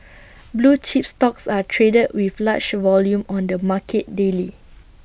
blue chips stocks are traded with large volume on the market daily